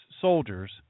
soldiers